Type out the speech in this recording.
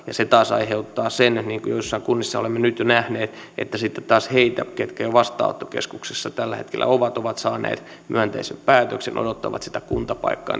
ja se taas aiheuttaa sen niin kuin joissain kunnissa olemme nyt jo nähneet että sitten taas niiden henkilöiden tilanne jotka jo vastaanottokeskuksissa tällä hetkellä ovat ovat saaneet myönteisen päätöksen ja odottavat sitä kuntapaikkaa